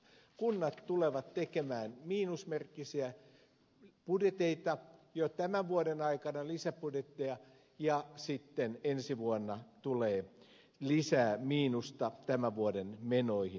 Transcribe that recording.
kunnat tulevat tekemään miinusmerkkisiä budjetteja jo tämän vuoden aikana lisäbudjetteja ja sitten ensi vuonna tulee lisää miinusta tämän vuoden menoihin